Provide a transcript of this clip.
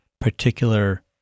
particular